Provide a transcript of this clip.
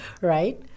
right